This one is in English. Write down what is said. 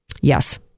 Yes